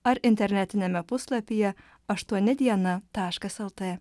ar internetiniame puslapyje aštuoni diena taškas lt